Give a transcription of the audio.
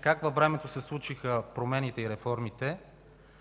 как във времето се случиха промените и реформите,